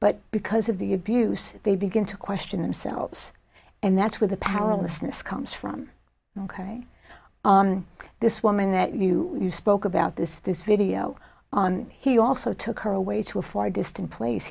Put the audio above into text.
but because of the abuse they begin to question themselves and that's where the powerlessness comes from ok this woman that you you spoke about this this video he also took her away to a far distant place